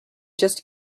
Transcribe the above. just